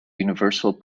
universal